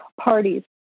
parties